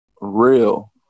real